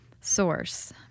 source